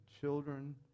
children